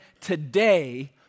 today